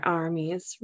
armies